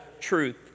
truth